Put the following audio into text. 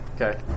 Okay